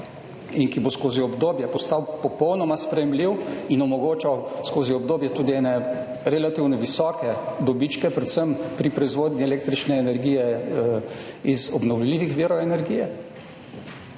in ki bo skozi obdobje postal popolnoma sprejemljiv in omogočal skozi obdobje tudi ene relativno visoke dobičke, predvsem pri proizvodnji električne energije iz obnovljivih virov energije,